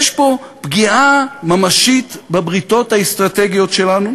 יש פה פגיעה ממשית בבריתות האסטרטגיות שלנו,